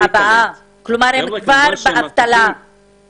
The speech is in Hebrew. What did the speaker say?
"הבאה", כלומר הם כבר באבטלה, וזה בסדר.